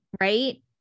Right